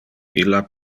illa